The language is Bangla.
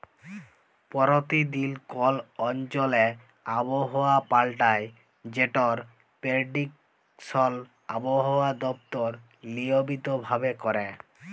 পরতিদিল কল অঞ্চলে আবহাওয়া পাল্টায় যেটর পেরডিকশল আবহাওয়া দপ্তর লিয়মিত ভাবে ক্যরে